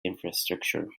infrastructure